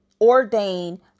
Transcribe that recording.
ordained